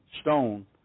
stone